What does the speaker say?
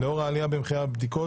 לאור העלייה במחירי הבדיקות,